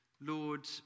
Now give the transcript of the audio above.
Lord